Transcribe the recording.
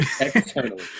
Externally